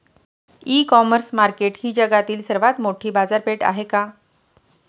इ commerce market ही जगातील सर्वात मोठी बाजारपेठ आहे का?